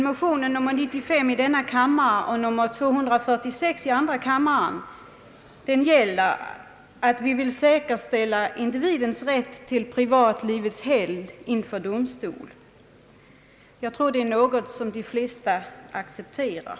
Motionerna I:95 och II: 246 syftar dock till ett säkerställande av att individens rätt till privatlivets helgd inte kränkes inför domstol. Jag tror att detta är ett önskemål som de flesta accepterar.